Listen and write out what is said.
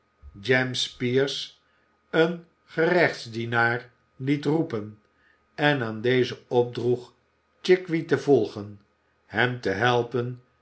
jem spyers een gerechtsdienaar liet roepen en aan dezen opdroeg chickweed te volgen hem te helpen